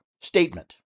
statement